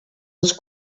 els